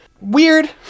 weird